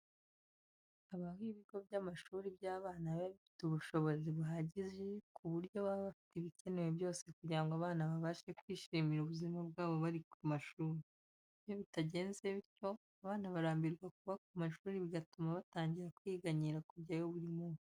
Habaho ibigo by'amashuri by'abana biba bifite ubushobozi buhagije ku buryo baba bafite ibikenewe byose kugira ngo abana babashe kwishimira ubuzima bwabo bari ku mashuri. Iyo bitagenze bityo abana barambirwa kuba ku mashuri bigatuma batangira kwiganyira kujyayo buri munsi.